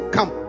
Come